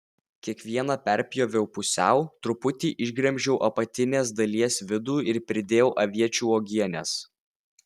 kiekvieną perpjoviau pusiau truputį išgremžiau apatinės dalies vidų ir pridėjau aviečių uogienės